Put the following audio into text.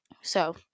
So-